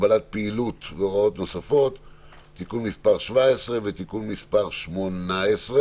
(הגבלת פעילות והוראות נוספות)(תיקון מס' 16),(תיקון מס' 17)